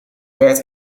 werd